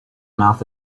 mouth